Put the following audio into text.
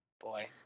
boy